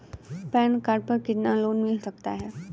Pan card पर कितना loan मिल सकता है?